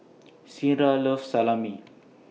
Ciera loves Salami